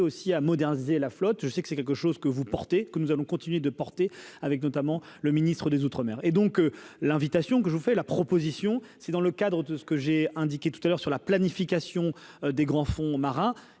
aussi à moderniser la flotte, je sais que c'est quelque chose que vous portez, que nous allons continuer de porter avec notamment le ministre des Outre-Mer et donc l'invitation que je vous fais la proposition, c'est dans le cadre de ce que j'ai indiqué tout à l'heure sur la planification des grands fonds marins